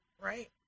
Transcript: Right